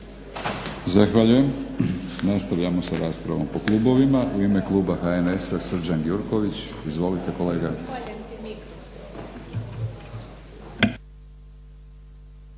Zahvaljujem. Nastavljamo sa raspravom po klubovima. U ime kluba HNS-a Srđan Gjurković. Izvolite kolega.